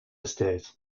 estate